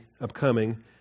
upcoming